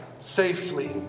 safely